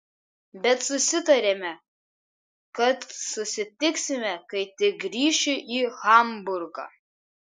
bet susitarėme kad susitiksime kai tik grįšiu į hamburgą